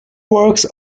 works